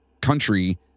country